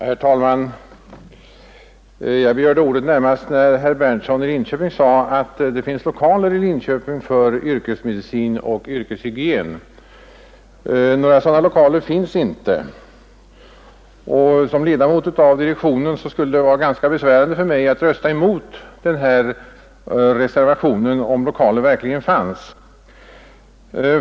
Herr talman! Jag begärde ordet närmast därför att herr Berndtson i Linköping sade att det finns lokaler i Linköping för yrkesmedicin och yrkeshygien. Några sådana lokaler finns inte. Det skulle vara ganska besvärande för mig som ledamot av direktionen att rösta emot reservationen, om lokaler verkligen funnes.